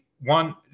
one